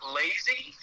lazy